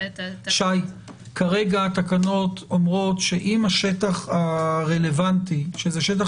שי כרגע התקנות אומרות שאם השטח הרלבנטי שזה שטח